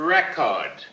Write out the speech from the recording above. Record